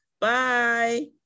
bye